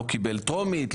לא קיבל טרומית,